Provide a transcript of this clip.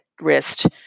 wrist